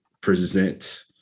present